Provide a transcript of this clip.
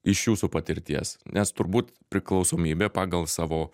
iš jūsų patirties nes turbūt priklausomybė pagal savo